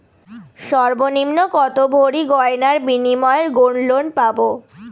সর্বনিম্ন কত ভরি গয়নার বিনিময়ে গোল্ড লোন পাব?